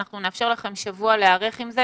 אנחנו נאפשר לכם שבוע להיערך לזה